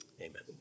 Amen